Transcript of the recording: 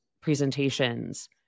presentations